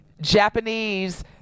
Japanese